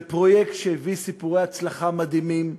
זה פרויקט שהביא סיפורי הצלחה מדהימים: